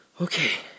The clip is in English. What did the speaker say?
okay